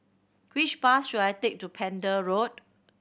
which bus should I take to Pender Road